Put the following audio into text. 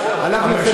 כולנו,